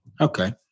Okay